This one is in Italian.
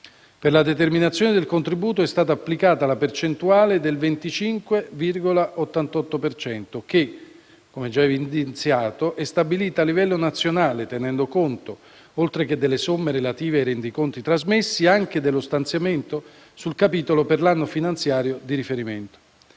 Per la determinazione del contributo è stata applicata la percentuale del 25,88 per cento che, come già evidenziato, è stabilita a livello nazionale tenendo conto, oltre che delle somme relative ai rendiconti trasmessi, anche dello stanziamento sul capitolo per l'anno finanziario di riferimento.